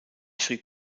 schrieb